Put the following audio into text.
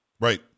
Right